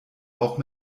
auch